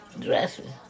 dresses